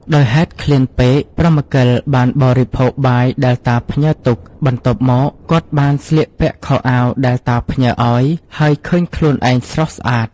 ដោយហេតុឃ្លានពេកព្រហ្មកិលបានបរិភោគបាយដែលតាផ្ញើទុក បន្ទាប់មក គាត់បានស្លៀកពាក់ខោអាវដែលតាផ្ញើឱ្យ ហើយឃើញខ្លួនឯងស្រស់ស្អាត ។